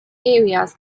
areas